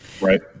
Right